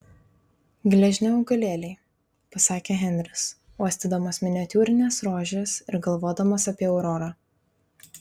gležni augalėliai pasakė henris uostydamas miniatiūrines rožes ir galvodamas apie aurorą